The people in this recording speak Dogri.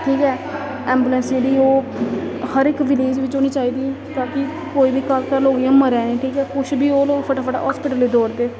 ठीक ऐ ऐंबुलेंस जेह्ड़ी ओह् हर इक विलेज़ बिच होनी चाहिदी ताकि कोई बी घर घर लोक इ'यां मरै दे न ठीक ऐ कुछ बी ओह् लोक फटाफटा हास्पिटल च दौड़दे